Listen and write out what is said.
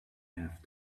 have